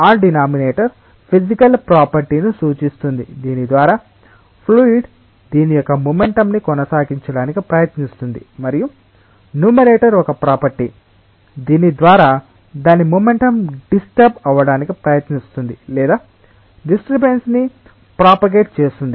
ఆ denominator physical property ని సూచిస్తుంది దీని ద్వారా ఫ్లూయిడ్ దిని యొక్క మొమెంటం ని కొనసాగించడానికి ప్రయత్నిస్తుంది మరియు న్యూమరేటర్ ఒక ప్రాపర్టీ దీని ద్వారా దాని మొమెంటం డిస్టర్బ్ అవ్వడానికి ప్రయత్నిస్తుంది లేదా డిస్టర్బెన్స్ ని ప్రాపగేట్ చేస్తుంది